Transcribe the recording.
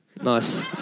Nice